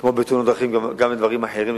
כמו בתאונות דרכים גם בדברים אחרים,